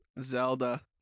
Zelda